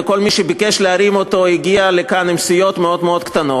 כל מי שביקש להרים אותו הגיע לכאן עם סיעות מאוד מאוד קטנות,